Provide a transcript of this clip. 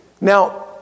Now